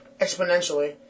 exponentially